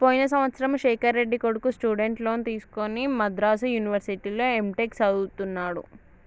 పోయిన సంవత్సరము శేఖర్ రెడ్డి కొడుకు స్టూడెంట్ లోన్ తీసుకుని మద్రాసు యూనివర్సిటీలో ఎంటెక్ చదువుతున్నడు